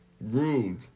Rude